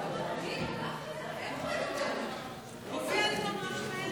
אי-אמון בממשלה